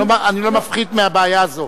אני לא מפחית מהבעיה הזאת.